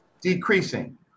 decreasing